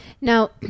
Now